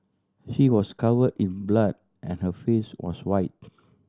he was covered in blood and her face was white